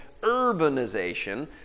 urbanization